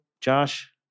Josh